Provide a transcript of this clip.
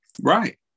Right